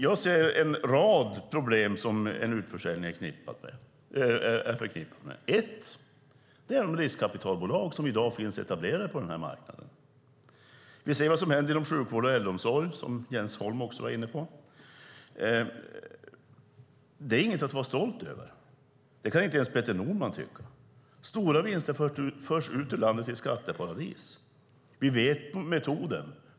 Jag ser en rad problem som en utförsäljning är förknippad med. Ett är de riskkapitalbolag som i dag finns etablerade på marknaden. Vi ser vad som händer inom sjukvård och äldreomsorg, vilket också Jens Holm var inne på. Det är inget att vara stolt över; det kan inte ens Peter Norman tycka. Stora vinster förs ut ur landet till skatteparadis. Vi känner till metoden.